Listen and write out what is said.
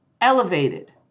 elevated